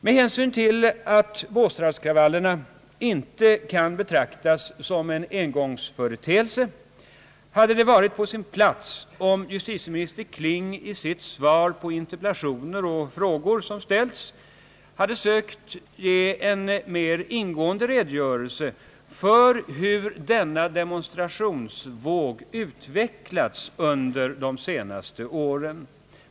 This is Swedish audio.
Med hänsyn till att båstadskravallerna inte kan betraktas som en engångsföreteelse hade det varit på sin plats om justitieminister Kling i sitt svar på interpellationer och frågor som ställts hade sökt ge en mer ingående redogörelse för hur denna demonstrationsvåg utvecklats under de senaste åren.